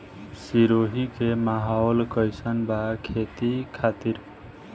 सिरोही के माहौल कईसन बा खेती खातिर?